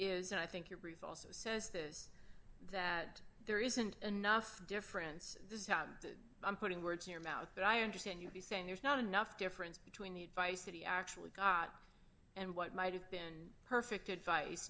is i think your brief also says this that there isn't enough difference this time i'm putting words in your mouth but i understand you'll be saying there's not enough difference between the advice that he actually got and what might have been perfect advice